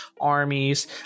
armies